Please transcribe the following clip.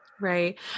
Right